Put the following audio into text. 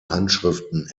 handschriften